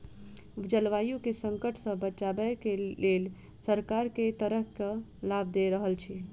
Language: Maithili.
जलवायु केँ संकट सऽ बचाबै केँ लेल सरकार केँ तरहक लाभ दऽ रहल छै?